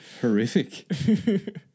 horrific